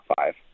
five